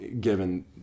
given